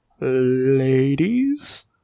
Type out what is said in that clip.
Ladies